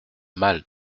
mâle